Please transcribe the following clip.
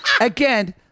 Again